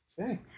Okay